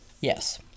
Yes